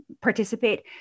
participate